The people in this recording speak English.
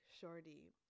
shorty